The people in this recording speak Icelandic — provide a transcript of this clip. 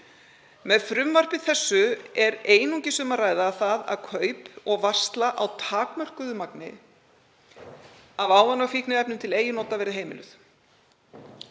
Með frumvarpi þessu er einungis um það að ræða að kaup og varsla á takmörkuðu magni af ávana- og fíkniefnum til eigin nota verði heimil.